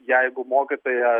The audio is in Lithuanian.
jeigu mokytoja